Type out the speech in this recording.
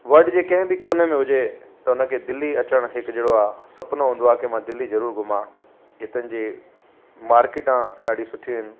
world जे कंहिं बि कोने में हुजे त हुनखे दिल्ली अचनि हिकु जेको आहे सपनो हूंदो आहे त मां दिल्ली जरूर घुमां हितां जी मार्केटा ॾाढियूं सुठियूं हूंदियूं आहिनि